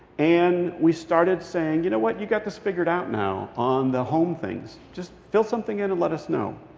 and we started saying, you know what, you got this figured out now on the home things. just fill something in and let us know.